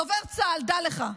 דובר צה"ל, דע לך: